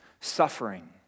suffering